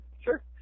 sure